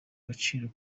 gaciro